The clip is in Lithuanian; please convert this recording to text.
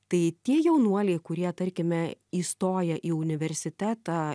tai tie jaunuoliai kurie tarkime įstoja į universitetą